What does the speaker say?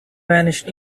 vanished